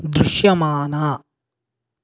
దృశ్యమాన